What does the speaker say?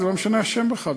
לא משנה השם בכלל.